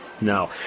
No